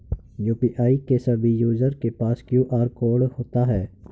UPI के सभी user के पास क्यू.आर कोड होता है